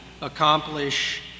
accomplish